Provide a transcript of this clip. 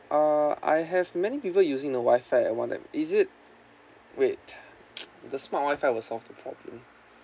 uh I have many people using the WI-FI at one time is it wait the smart WI-FI won't solve the problem